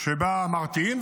שבה מרתיעים,